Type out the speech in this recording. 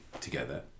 together